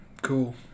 Cool